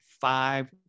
five